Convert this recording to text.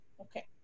Okay